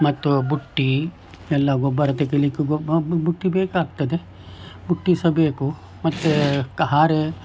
ಮತ್ತು ಬುಟ್ಟಿ ಎಲ್ಲ ಗೊಬ್ಬರ ತೆಗೆಯಲಿಕ್ಕೂ ಬುಟ್ಟಿ ಬೇಕಾಗ್ತದೆ ಬುಟ್ಟಿ ಸಹ ಬೇಕು ಮತ್ತು ಹಾರೆ